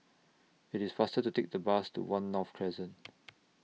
IT IS faster to Take The Bus to one North Crescent